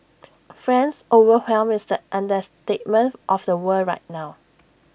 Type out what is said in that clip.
friends overwhelmed is the understatement of the world right now